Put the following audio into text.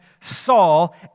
Saul